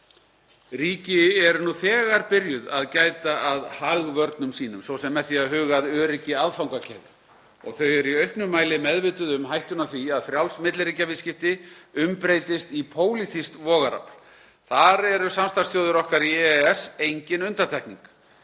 Ríki eru nú þegar byrjuð að gæta að hagvörnum sínum, svo sem með því að huga að öryggi aðfangakeðja og þau eru í auknum mæli meðvituð um hættuna af því að frjáls milliríkjaviðskipti umbreytist í pólitískt vogarafl. Þar eru samstarfsþjóðir okkar í EES engin undantekning.